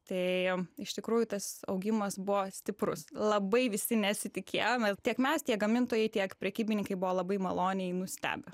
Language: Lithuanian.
tai iš tikrųjų tas augimas buvo stiprus labai visi nesitikėjome tiek mes tiek gamintojai tiek prekybininkai buvo labai maloniai nustebę